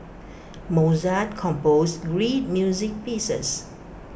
Mozart composed great music pieces